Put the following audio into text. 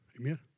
Amen